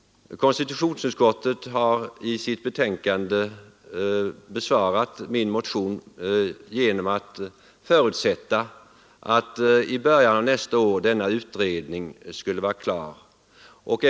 Konstitutionsutskottet har i sitt betänkande besvarat min motion genom att förutsätta att denna utredning skulle vara klar i början av nästa år.